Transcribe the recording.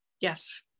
Yes